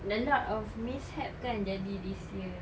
a lot of mishap kan jadi this year